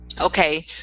okay